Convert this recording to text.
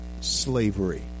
slavery